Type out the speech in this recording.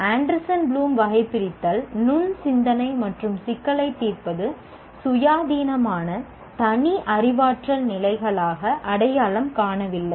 Anderson Bloom வகைபிரித்தல் நுண் சிந்தனை மற்றும் சிக்கலைத் தீர்ப்பது சுயாதீனமான தனி அறிவாற்றல் நிலைகளாக அடையாளம் காணவில்லை